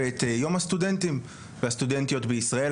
ואת יום הסטודנטים והסטודנטיות בישראל.